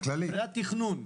רק התכנון.